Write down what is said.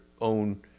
own